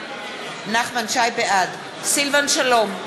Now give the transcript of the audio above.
בעד סילבן שלום,